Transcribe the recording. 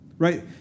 right